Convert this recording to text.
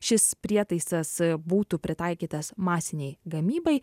šis prietaisas būtų pritaikytas masinei gamybai